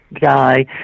guy